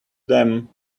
them